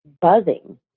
buzzing